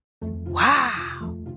Wow